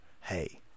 Hey